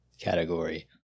category